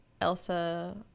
Elsa